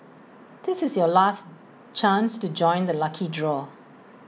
this is your last chance to join the lucky draw